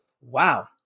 wow